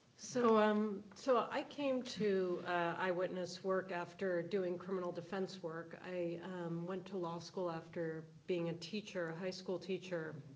so um so i came to eyewitness work after doing criminal defense work. i went to law school after being a teacher high school teacher.